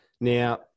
Now